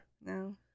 No